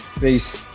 Peace